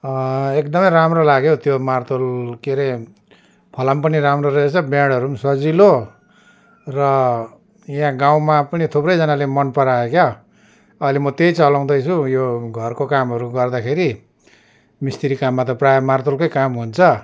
एकदमै राम्रो लाग्यो हौ त्यो मार्तोल के रे फलाम पनि राम्रो रहेछ बेँडहरू पनि सजिलो र यहाँ गाउँमा पनि थुप्रैजनाले मनपरायो क्या अहिले म त्यही चलाउँदैछु यो घरको कामहरू गर्दाखेरि मिस्त्री काममा त प्रायः मार्तोलकै काम हुन्छ